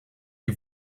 die